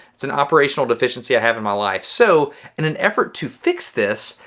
it's an operational deficiency i have in my life. so in an effort to fix this,